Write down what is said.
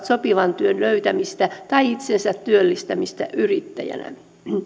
sopivan työn löytämistä tai itsensätyöllistämistä yrittäjänä